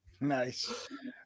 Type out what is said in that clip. Nice